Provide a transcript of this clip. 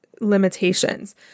limitations